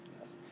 Yes